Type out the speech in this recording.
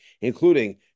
including